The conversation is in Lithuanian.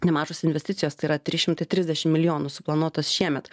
nemažos investicijos tai yra trys šimtai trisdešim milijonų suplanuotos šiemet